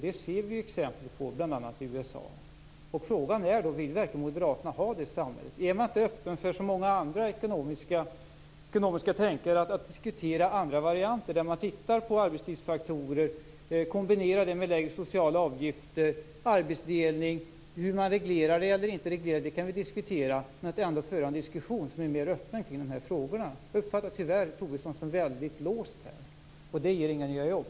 Det ser vi exempel på bl.a. i USA. Frågan är då: Vill verkligen moderaterna ha det samhället? Är man inte, som många andra ekonomiska tänkare, öppen för att diskutera andra varianter, där man tittar på arbetstidsfaktorer, kombinerar det med lägre sociala avgifter och arbetsdelning? Hur man reglerar eller inte reglerar kan vi diskutera, men är man ändå inte beredd att föra en diskussion som är mer öppen kring de här frågorna? Jag uppfattar tyvärr Tobisson som väldigt låst här. Det ger inga nya jobb.